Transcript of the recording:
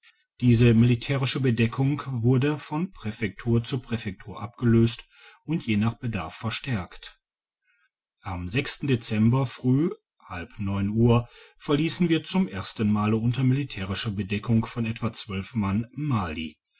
diese militärische bedeckung wurde von präfektur zu präfektur abgelöst und je nach bedarf verstärkt am dezember uhr verliessen wir zum ersten mal unter militärischer bedeckung von etwa mann mali